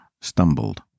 stumbled